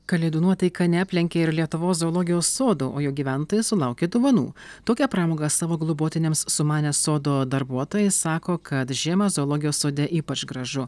kalėdų nuotaika neaplenkė ir lietuvos zoologijos sodo o jo gyventojai sulaukė dovanų tokią pramogą savo globotiniams sumanę sodo darbuotojai sako kad žiemą zoologijos sode ypač gražu